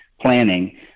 planning